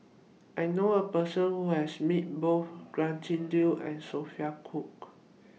I knew A Person Who has Met Both Gretchen Liu and Sophia Cooke